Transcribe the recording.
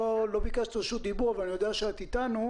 לא ביקשת רשות דיבור אבל אני יודע שאת אתנו.